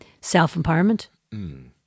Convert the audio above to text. self-empowerment